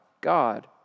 God